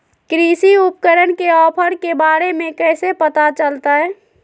कृषि उपकरण के ऑफर के बारे में कैसे पता चलतय?